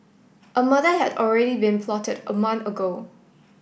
a murder had already been plotted a month ago